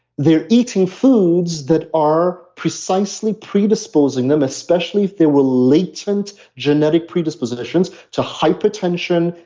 they're eating foods that are precisely predisposing them especially if they were latent genetic predispositions to hypertension,